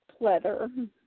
pleather